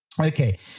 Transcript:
Okay